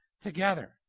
together